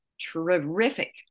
terrific